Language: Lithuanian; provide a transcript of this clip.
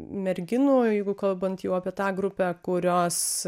merginų jeigu kalbant jau apie tą grupę kurios